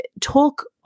talk